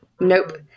Nope